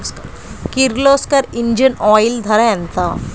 Kirloskar engine oil ధర ఎంత?